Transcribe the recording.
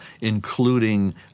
including